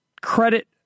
credit